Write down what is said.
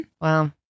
Wow